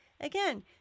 Again